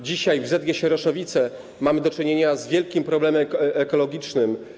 Dzisiaj w ZG Sieroszowice mamy do czynienia z wielkim problemem ekologicznym.